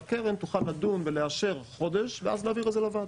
שהקרן תוכל לדון ולאשר חודש ואז להעביר את זה לוועדה.